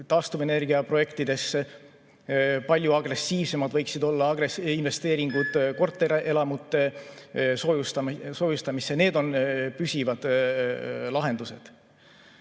taastuvenergiaprojektidesse. Palju agressiivsemad võiksid olla investeeringud korterelamute soojustamisse. Need on püsivad lahendused.